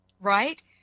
right